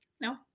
no